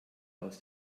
aus